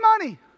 money